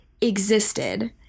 existed